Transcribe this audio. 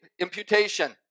imputation